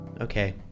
Okay